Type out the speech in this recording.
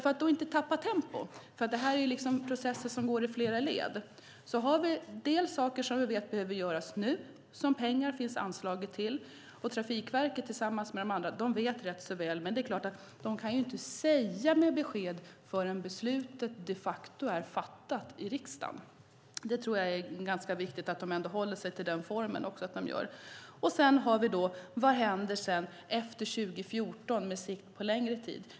För att inte tappa tempo - här är det ju liksom processer som går i flera led - har vi saker som vi vet behöver göras nu och för vilka pengar finns. Trafikverket tillsammans med de andra vet rätt så väl, men det är klart att de inte kan ge besked förrän beslut de facto är fattat i riksdagen. Jag tror att det är ganska viktigt att de håller sig till den formen. Vad händer sedan, efter år 2014 med sikte på en längre tid?